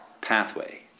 pathway